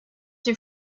your